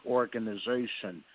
organization